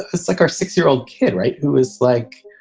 it's like our six year old kid, right. who is, like,